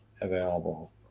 available